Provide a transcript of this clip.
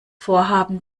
vorhaben